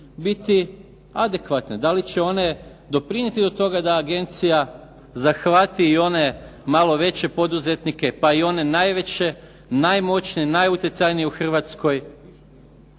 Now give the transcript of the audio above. biti adekvatne. Da li će one doprinijeti do toga da agencija zahvati i one malo veće poduzetnike, pa i one najveće, najmoćnije, najutjecajnije u Hrvatskoj